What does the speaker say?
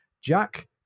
jack